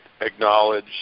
acknowledge